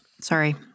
Sorry